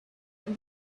when